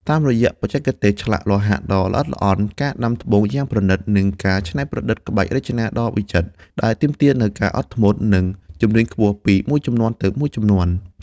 តាមរយៈបច្ចេកទេសឆ្លាក់លោហៈដ៏ល្អិតល្អន់ ការដាំត្បូងយ៉ាងប្រណីត និងការច្នៃប្រឌិតក្បាច់រចនាដ៏វិចិត្រ ដែលទាមទារនូវការអត់ធ្មត់ និងជំនាញខ្ពស់ពីមួយជំនាន់ទៅមួយជំនាន់។